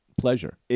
pleasure